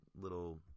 little